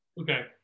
Okay